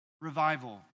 revival